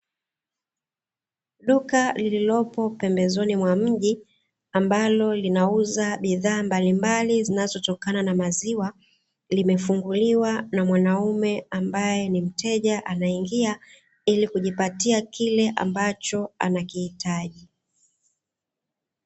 Duka lililopo pembezoni mwa mji ambalo linauza bidhaa mbalimbali zinazotokana na maziwa, limefunguliwa na mwanaume ambaye ni mteja anaingia ili kujipatia kile ambacho anakihitaji.